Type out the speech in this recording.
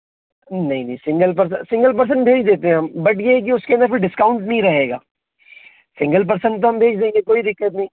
नहीं नहीं single person person भेज देते हैं हम बट ये है कि उस के अंदर कोई डिस्काउंट नहीं रहेगा पर्सन तो हम भेज देंगे कोई दिक्कत नहीं